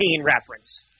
reference